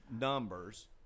numbers